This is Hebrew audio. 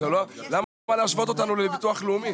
למה להשוות אותנו לביטוח לאומי?